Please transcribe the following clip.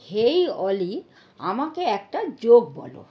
হেই Olly আমাকে একটা joke বলো